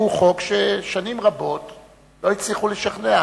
הוא חוק ששנים רבות לא הצליחו לשכנע,